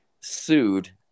sued